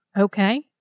Okay